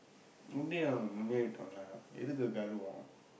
முன்னேறுகிறவன் முன்னேறட்டும்:munneerukiravan muneeratdum lah எதுக்கு கர்வம்:ethukku karvam